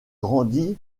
grandit